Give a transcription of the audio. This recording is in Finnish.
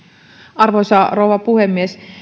arvoisa rouva puhemies